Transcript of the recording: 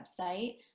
website